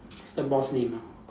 what's the boss name ah